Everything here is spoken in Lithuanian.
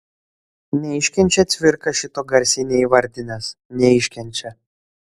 neiškenčia cvirka šito garsiai neįvardinęs neiškenčia